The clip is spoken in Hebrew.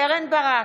קרן ברק,